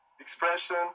expression